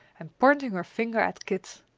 and pointing her finger at kit!